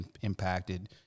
impacted